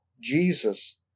Jesus